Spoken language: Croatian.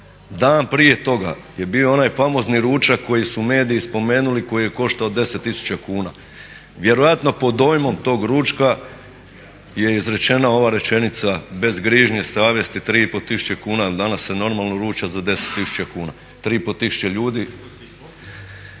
Dan prije toga je bio onaj famozni ručak koji su mediji spomenuli, koji je koštao 10 000 kuna. Vjerojatno pod dojmom tog ručka je izrečena ova rečenica bez grižnje savjesti 3500 ljudi jer danas se normalno ruča za 10 000 kuna. Što se tiče